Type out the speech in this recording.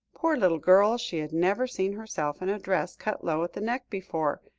poor little girl, she had never seen herself in a dress cut low at the neck before,